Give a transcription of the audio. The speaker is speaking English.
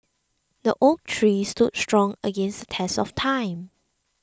the oak tree stood strong against the test of time